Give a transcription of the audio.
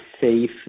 safe